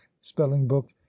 spelling-book